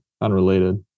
unrelated